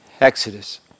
Exodus